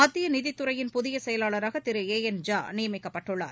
மத்திய நிதித்துறையின் புதிய செயலாளராக திரு ஏ என் ஜா நியமிக்கப்பட்டுள்ளார்